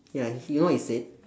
ya you know what he said